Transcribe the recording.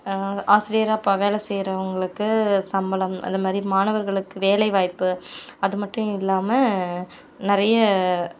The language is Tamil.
ஆசிரியராக இப்போ வேலை செய்கிறவங்களுக்கு சம்பளம் அதுமாதிரி மாணவர்களுக்கு வேலைவாய்ப்பு அது மட்டும் இல்லாமல் நிறைய